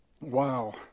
Wow